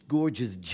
Gorgeous